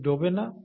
এটি ডোবে না